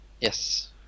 Yes